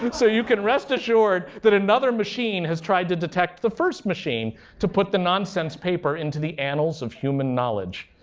but so you can rest assured that another machine has tried to detect the first machine to put the nonsense paper into the annals of human knowledge.